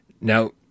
Now